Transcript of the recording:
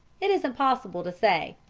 it is impossible to say.